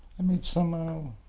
i've made some,